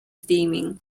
steaming